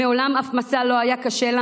מעולם אף מסע לא היה קשה לנו,